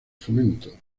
fomento